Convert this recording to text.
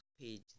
page